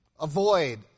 avoid